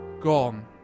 gone